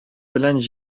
белән